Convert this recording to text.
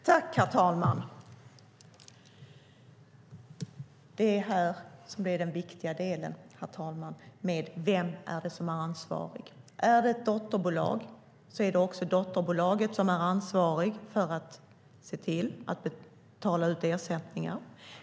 Herr talman! Det är det här som är den viktiga delen. Vem är ansvarig? Är det ett dotterbolag är det också det som är ansvarigt för att betala ut ersättningar.